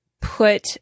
put